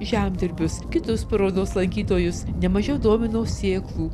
žemdirbius kitus parodos lankytojus ne mažiau domino sėklų